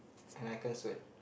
and I can't sweat